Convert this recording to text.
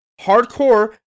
Hardcore